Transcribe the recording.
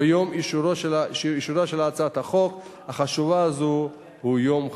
ויום אישורה של הצעת החוק החשובה הזו הוא יום חג.